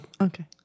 Okay